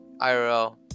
IRL